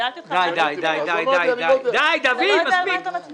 שאלתי אותך אם אתה יודע על מה אתה מצביע.